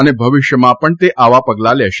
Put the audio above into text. અને ભવિષ્યમાં પણ તે આવા પગલાં લેશે